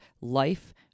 Life